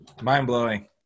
mind-blowing